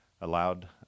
allowed